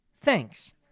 thanks